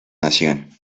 nación